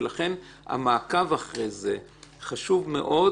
לכן המעקב אחרי זה חשוב מאוד